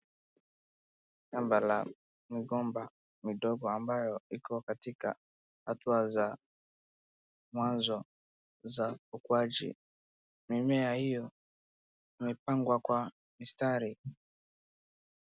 Shamba la migomba midogo ambayo iko katika hatua za mwanzo za ukuaji. Mimea hiyo imepangwa kwa mistari.